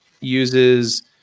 uses